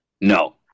No